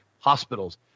hospitals